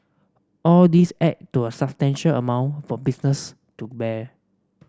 all these add to a substantial amount for business to bear